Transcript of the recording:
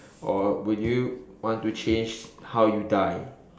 or would you want to change how you die